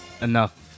enough